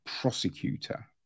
prosecutor